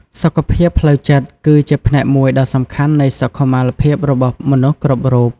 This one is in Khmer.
សុខភាពផ្លូវចិត្តគឺជាផ្នែកមួយដ៏សំខាន់នៃសុខុមាលភាពរបស់មនុស្សគ្រប់រូប។